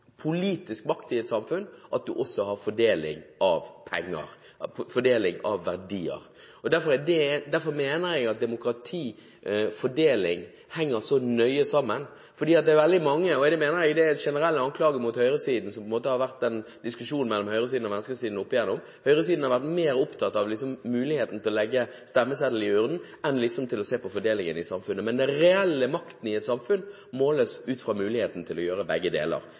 i et samfunn at man også har fordeling av penger, fordeling av verdier. Derfor mener jeg at demokrati og fordeling henger nøye sammen. Det er veldig mange på høyresiden – og det mener jeg er en generell anklage mot høyresiden, som på en måte har vært en diskusjon mellom høyresiden og venstresiden – som oppigjennom har vært mer opptatt av muligheten til å legge en stemmeseddel i urnen enn av å se på fordelingen i samfunnet. Men den reelle makten i et samfunn måles ut fra begge deler. Det kommer vi til å